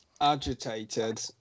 agitated